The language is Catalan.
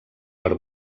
per